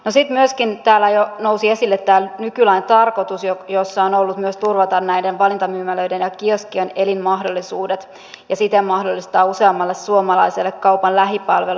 sitten myöskin täällä jo nousi esille tämä nykylain tarkoitus joka on ollut myös turvata näiden valintamyymälöiden ja kioskien elinmahdollisuudet ja siten mahdollistaa useammalle suomalaiselle kaupan lähipalvelut